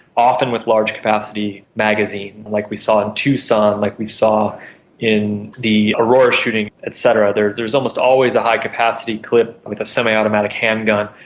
often with a large capacity magazine like we saw in tucson, like we saw in the aurora shooting et cetera. there's there's almost always a high-capacity clip with a semiautomatic handgun.